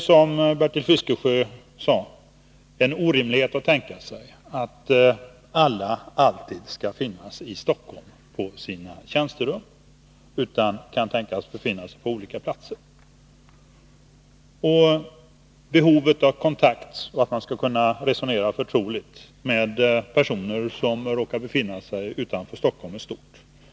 Som Bertil Fiskesjö sade är det en orimlighet att tänka sig att alla statsråd alltid skall finnas på sina tjänsterum i Stockholm, utan de kan befinna sig på olika platser. Behovet av att man skall kunna ta kontakt och förtroligt resonera med personer som råkar befinna sig utanför Stockholm är stort.